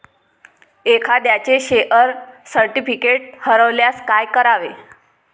एखाद्याचे share certificate हरवल्यास काय करावे?